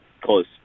close